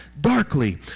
darkly